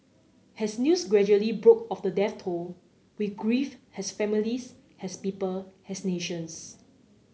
has news gradually broke of the death toll we grieve has families has people has nations